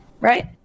Right